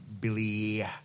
Billy